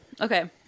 Okay